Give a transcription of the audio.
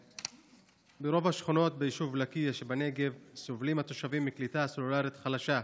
ברוב השכונות ביישוב לקיה שבנגב סובלים התושבים מקליטה סלולרית חלשה,